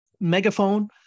megaphone